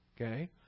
Okay